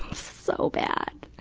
so bad.